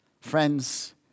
Friends